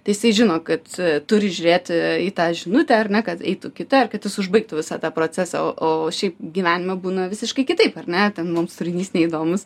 tai jisai žino kad turi žiūrėti į tą žinutę ar ne kad eitų kita ir kad jis užbaigtų visą tą procesą o šiaip gyvenime būna visiškai kitaip ar ne ten mums turinys neįdomus